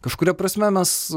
kažkuria prasme mes